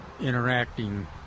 interacting